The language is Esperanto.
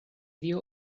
dio